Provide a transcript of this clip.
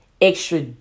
extra